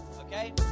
okay